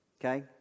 okay